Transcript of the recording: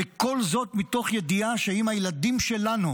וכל זאת מתוך ידיעה שאם הילדים שלנו